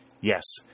Yes